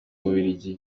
bubiligi